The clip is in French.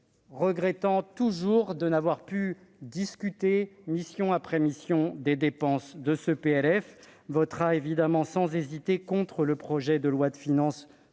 regrettant toujours de n'avoir pu discuter, mission après mission, des dépenses de ce projet de loi de finances, votera évidemment sans hésiter contre le projet de loi de finances